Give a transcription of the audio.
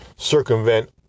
circumvent